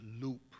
loop